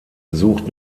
sucht